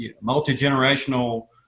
multi-generational